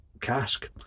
Cask